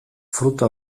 fruta